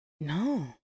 no